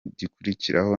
igikurikiraho